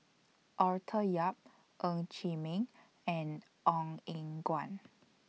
Arthur Yap Ng Chee Meng and Ong Eng Guan